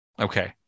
Okay